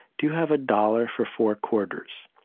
do you have a dollar for four quarters?